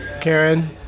Karen